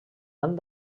han